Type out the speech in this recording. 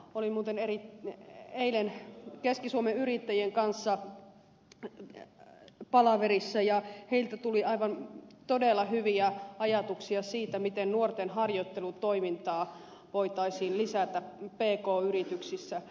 olin muuten eilen keski suomen yrittäjien kanssa palaverissa ja heiltä tuli todella hyviä ajatuksia siitä miten nuorten harjoittelutoimintaa voitaisiin lisätä pk yrityksissä